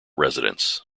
residence